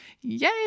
yay